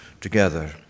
together